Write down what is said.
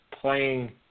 playing